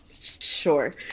Sure